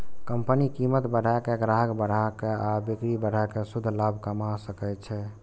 company कीमत बढ़ा के, ग्राहक बढ़ा के आ बिक्री बढ़ा कें शुद्ध लाभ कमा सकै छै